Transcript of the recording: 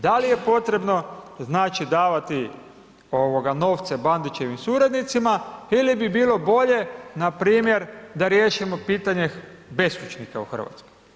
Da li je potrebno znači davati ovoga novce Bandićevim suradnicima ili bi bilo bolje npr. da riješimo pitanje beskućnika u Hrvatskoj.